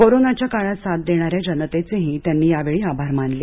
कोरोनाच्या काळात साथ देणाऱ्या जनतेचेही त्यांनी यावेळी आभार मानले